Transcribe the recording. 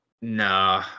no